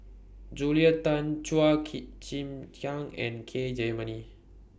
Julia Tan Chua Chim Kang and K Jayamani